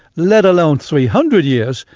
let alone three hundred years,